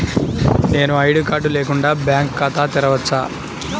నేను ID card లేకుండా bank ఖాతా తెరవచ్చా?